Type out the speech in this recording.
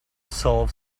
solve